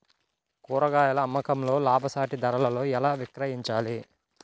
కూరగాయాల అమ్మకంలో లాభసాటి ధరలలో ఎలా విక్రయించాలి?